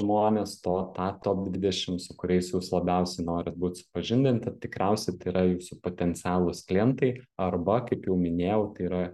žmones to tą top dvidešim su kuriais jūs labiausiai norit būt supažindinti tikriausiai tai yra jūsų potencialūs klientai arba kaip jau minėjau tai yra